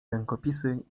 rękopisy